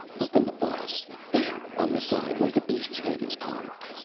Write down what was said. open the boss there, on the side, where the beast's head is carved.